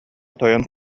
тойон